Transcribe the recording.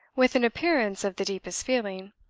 with an appearance of the deepest feeling.